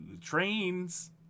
trains